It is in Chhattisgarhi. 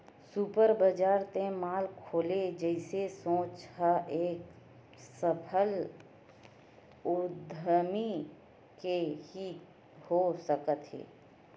सुपर बजार ते मॉल खोले जइसे सोच ह एक सफल उद्यमी के ही हो सकत हे